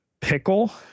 pickle